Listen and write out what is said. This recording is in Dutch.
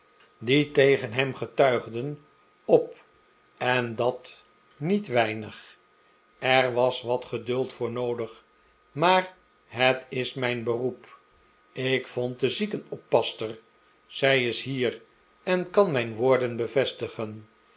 die tegen hem genadgett brengt verslag uit tuigden op en dat niet weinig er was wat geduld voor noodig maar het is mijn beroep ik vond de ziekenoppasster zij is hier en kan mijn woorden bevestigen